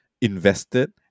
invested